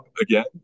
again